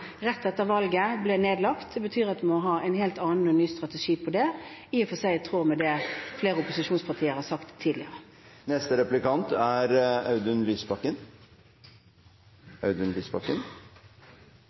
rett etter valget. Det betyr at vi må ha en helt annen og ny strategi på det, i og for seg i tråd med det flere opposisjonspartier har sagt tidligere.